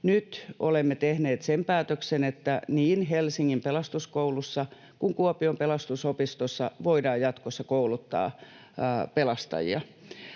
Nyt olemme tehneet sen päätöksen, että niin Helsingin Pelastuskoulussa kuin Kuopion Pelastusopistossa voidaan jatkossa kouluttaa pelastajia.